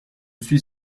suis